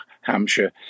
Hampshire